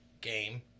game